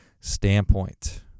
standpoint